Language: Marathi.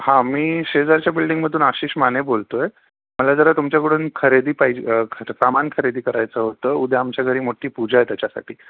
हा मी शेजारच्या बिल्डिंगमधून आशिष माने बोलतो आहे मला जरा तुमच्याकडून खरेदी पाहिजे सामान खरेदी करायचं होतं उद्या आमच्या घरी मोठी पूजा आहे त्याच्यासाठी